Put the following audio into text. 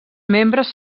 membres